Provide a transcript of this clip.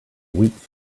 weeks